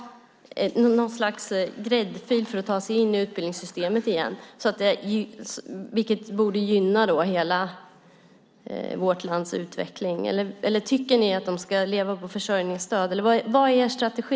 Tycker inte ni att de borde ha något slags gräddfil för att ta sig in i utbildningssystemet igen, vilket borde gynna hela vårt lands utveckling? Eller tycker ni att de ska leva på försörjningsstöd? Vad är er strategi?